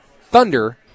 thunder